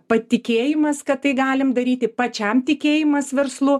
patikėjimas kad tai galim daryti pačiam tikėjimas verslu